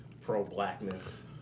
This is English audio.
pro-blackness